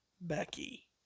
Becky